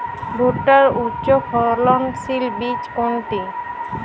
ভূট্টার উচ্চফলনশীল বীজ কোনটি?